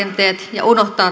ja unohtaa tasa arvon sukupuolten